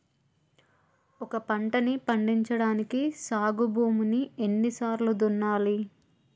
ఒక పంటని పండించడానికి సాగు భూమిని ఎన్ని సార్లు దున్నాలి?